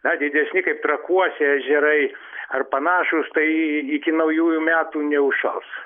na didesni kaip trakuose ežerai ar panašūs tai iki naujųjų metų neužšals